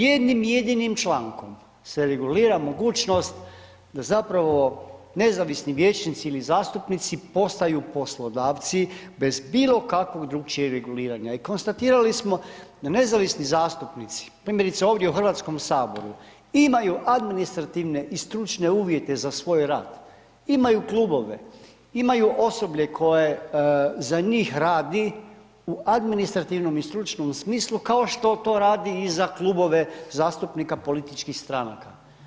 Jednim jedinim člankom se regulira mogućnost da zapravo nezavisni vijećnici ili zastupnici postaju poslodavci bez bilo kakvog drukčijeg reguliranja i konstatirali smo da nezavisni zastupnici, primjerice ovdje u HS, imaju administrativne i stručne uvjete za svoj rad, imaju klubove, imaju osoblje koje za njih radi u administrativnom i stručnom smislu, kao što to radi i za klubove zastupnika političkih stranaka.